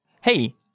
Hey